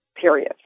period